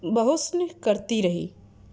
بحسن کرتی رہی